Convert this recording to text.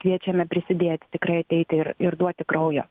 kviečiame prisidėti tikrai ateiti ir ir duoti kraujo